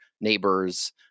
neighbors